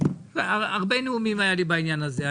והרבה נאומים היו לי בעניין הזה.